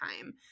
time